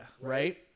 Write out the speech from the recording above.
right